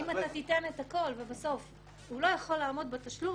אם תיתן את הכול ובסוף הוא לא יכול לעמוד בתשלום,